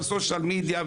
גם רשתות חברתיות,